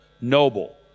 noble